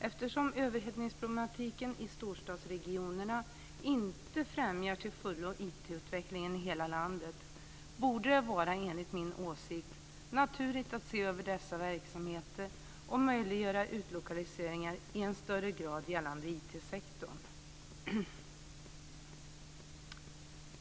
Eftersom överhettningsproblematiken i storstadsregionerna inte till fullo främjar IT-utvecklingen i hela landet borde det, enligt min åsikt, vara naturligt att se över dessa verksamheter och möjliggöra utlokaliseringar i en större grad gällande IT-sektorn.